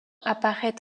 apparait